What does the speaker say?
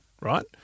right